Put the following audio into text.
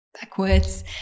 backwards